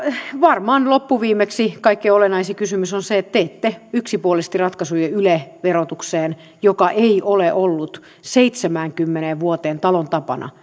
varmaan loppuviimeksi kaikkein olennaisin kysymys on se että teitte yksipuolisesti ratkaisuja yle verotukseen mikä ei ole ollut seitsemäänkymmeneen vuoteen talon tapana